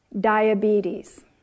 diabetes